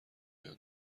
جان